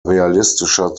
realistischer